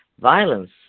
Violence